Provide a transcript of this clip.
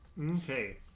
Okay